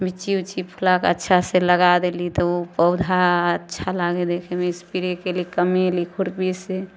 लिच्ची ऊच्ची फुला कऽ अच्छा से लगा देली तऽ ओ पौधा अच्छा लागै देखैमे स्प्रे कयली कमेली खुरपी से